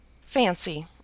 Fancy